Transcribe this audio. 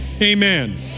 amen